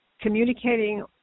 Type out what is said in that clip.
communicating